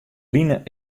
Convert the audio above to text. line